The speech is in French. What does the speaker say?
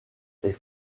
est